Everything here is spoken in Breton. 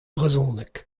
brezhoneg